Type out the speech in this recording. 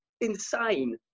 insane